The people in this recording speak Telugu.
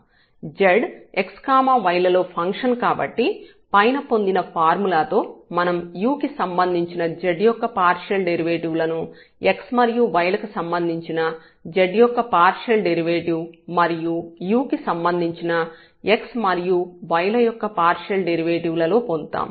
z x y లలో ఫంక్షన్ కాబట్టి పైన పొందిన ఫార్ములాతో మనం u కి సంబంధించిన z యొక్క పార్షియల్ డెరివేటివ్ లను x మరియు y లకి సంబంధించిన z యొక్క పార్షియల్ డెరివేటివ్ మరియు u కి సంబంధించిన x మరియు y ల యొక్క పార్షియల్ డెరివేటివ్ లలో పొందుతాము